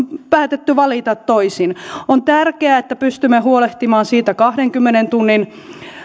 päätetty valita toisin on tärkeää että pystymme huolehtimaan siitä kahdenkymmenen tunnin